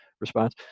response